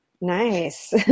Nice